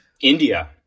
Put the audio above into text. India